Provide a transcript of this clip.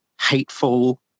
hateful